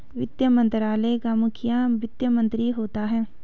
वित्त मंत्रालय का मुखिया वित्त मंत्री होता है